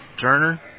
Turner